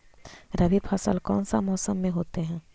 रवि फसल कौन सा मौसम में होते हैं?